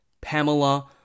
Pamela